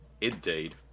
Indeed